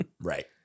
right